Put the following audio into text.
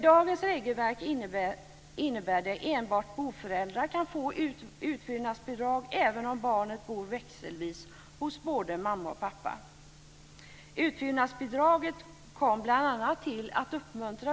Dagens regelverk innebär att enbart boföräldrar kan få utfyllnadsbidrag, även om barnet bor växelvis hos både mamma och pappa.